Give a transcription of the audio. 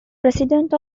president